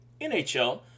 NHL